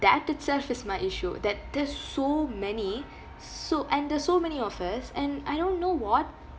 that did surface my issue that there's so many so and there're so many of us and I don't know what